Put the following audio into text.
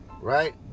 right